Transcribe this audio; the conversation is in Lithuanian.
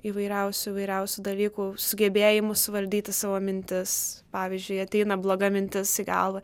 įvairiausių įvairiausių dalykų sugebėjimus valdyti savo mintis pavyzdžiui ateina bloga mintis į galvą